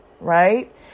right